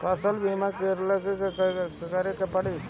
फसल बिमा करेला का करेके पारी?